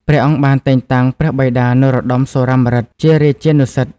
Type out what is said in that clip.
ព្រះអង្គបានតែងតាំងព្រះបិតា នរោត្ដម សុរាម្រិត ជារាជានុសិទ្ធិ។